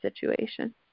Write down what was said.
situation